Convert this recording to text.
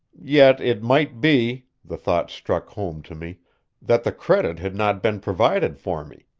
yet it might be the thought struck home to me that the credit had not been provided for me,